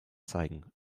zeigen